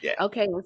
Okay